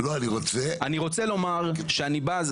אני רוצה לומר שאני בז,